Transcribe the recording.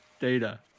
data